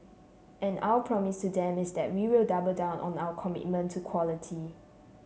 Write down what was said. and our promise to them is that we will double down on our commitment to quality